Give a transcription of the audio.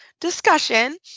discussion